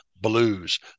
blues